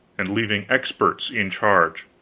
and leaving experts in charge.